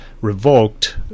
revoked